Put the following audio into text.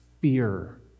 fear